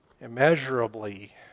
immeasurably